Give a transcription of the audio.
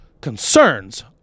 concerns